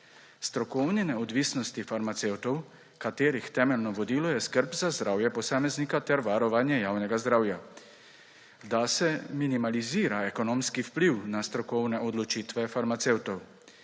strokovni neodvisnosti farmacevtov, katerih temeljno vodilo je skrb za zdravje posameznika ter varovanje javnega zdravja, da se minimalizira ekonomski vpliv na strokovne odločitve farmacevtov